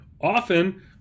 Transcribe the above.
often